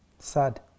Sad